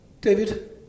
David